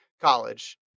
college